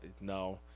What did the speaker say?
No